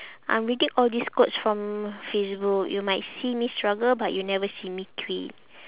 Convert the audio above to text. I'm reading all these quotes from facebook you might see me struggle but you never see me quit